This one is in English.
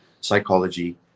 psychology